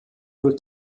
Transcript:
wird